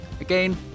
Again